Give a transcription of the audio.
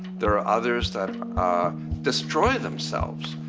there are others that destroy themselves!